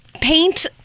paint